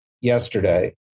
yesterday